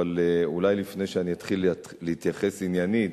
אבל אולי לפני שאני אתחיל להתייחס עניינית,